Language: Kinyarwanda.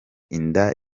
inda